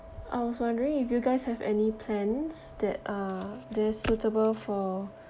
I was wondering if you guys have any plans that are that's suitable for